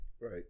Right